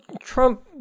Trump